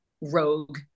rogue